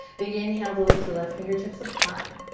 big inhale to lift the left fingertips up high.